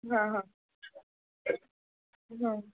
हा हा हं